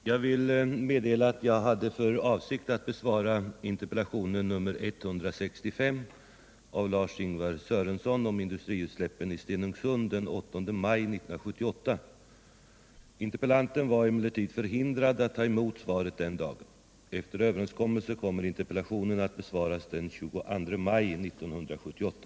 Herr talman! Jag vill meddela att jag hade för avsikt att besvara interpellationen nr 165 av Lars-Ingvar Sörenson om industriutsläppen i Stenungsund den 8 maj 1978. Interpellanten var emellertid förhindrad att ta emot svaret den dagen. Efter överenskommelse kommer interpellationen att besvaras den 22 maj 1978.